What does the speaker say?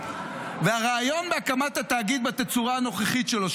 הרעיון בהקמת התאגיד בתצורה הנוכחית שלו,